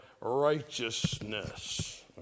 righteousness